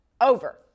over